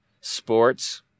sports